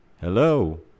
Hello